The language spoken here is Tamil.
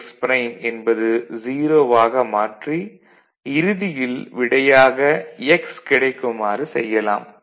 x ப்ரைம் என்பது 0 ஆக மாற்றி இறுதியில் விடையாக x கிடைக்குமாறு செய்யலாம்